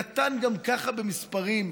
קטן גם ככה במספרים,